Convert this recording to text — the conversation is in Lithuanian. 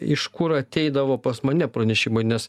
iš kur ateidavo pas mane pranešimai nes